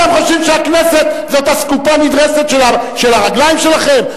אתם חושבים שהכנסת זאת אסקופה נדרסת של הרגליים שלכם?